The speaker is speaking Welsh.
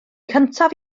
cyntaf